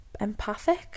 empathic